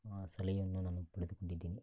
ಸಲಹೆಯನ್ನು ನಾನು ಪಡೆದುಕೊಂಡಿದ್ದೀನಿ